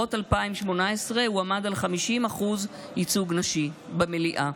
ובבחירות 2018 הוא עמד על 50% ייצוג נשי במליאה.